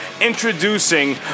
introducing